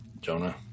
Jonah